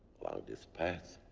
along this path,